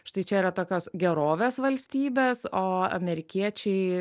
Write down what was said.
štai čia yra tokios gerovės valstybės o amerikiečiai